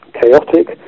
chaotic